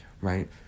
Right